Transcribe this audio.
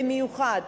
במיוחד,